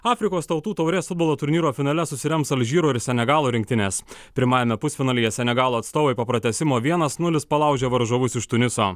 afrikos tautų taurės futbolo turnyro finale susirems alžyro ir senegalo rinktinės pirmajame pusfinalyje senegalo atstovai po pratęsimo vienas nulis palaužė varžovus iš tuniso